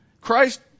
Christ